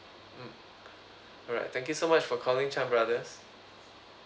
mm alright thank you so much for calling chan brothers